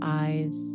eyes